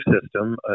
system